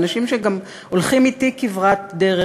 אנשים שגם הולכים אתי כברת דרך,